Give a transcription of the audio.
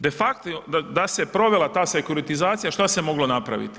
De facto da se provela ta sekuritizacija, šta se moglo napraviti?